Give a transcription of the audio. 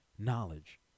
Knowledge